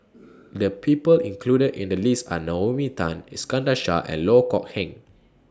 The People included in The list Are Naomi Tan Iskandar Shah and Loh Kok Heng